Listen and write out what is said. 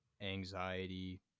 anxiety